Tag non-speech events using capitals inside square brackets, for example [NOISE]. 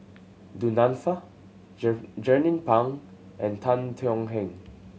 Du Nanfa [UNINTELLIGIBLE] Jernnine Pang and Tan Thuan Heng